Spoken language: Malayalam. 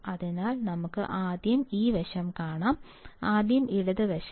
അതിനാൽ നമുക്ക് ആദ്യം ഈ വശം കാണാം ആദ്യം ഇടത് വശത്ത്